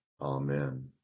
Amen